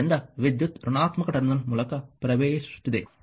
ಆದ್ದರಿಂದ ವಿದ್ಯುತ್ ಋಣಾತ್ಮಕ ಟರ್ಮಿನಲ್ ಮೂಲಕ ಪ್ರವೇಶಿಸುತ್ತಿದೆ